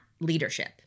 leadership